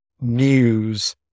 news